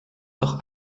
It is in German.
doch